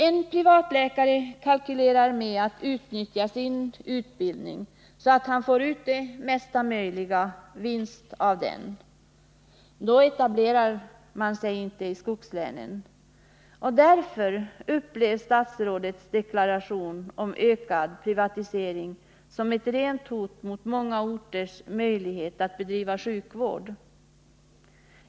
En privatläkare kalkylerar med att utnyttja sin utbildning, så att han får ut mesta möjliga vinst av den. Då etablerar han sig inte i skogslänen. Därför upplevs statsrådets deklaration om ökad privatisering som ett rent hot mot många orters möjlighet att bedriva sjukvård.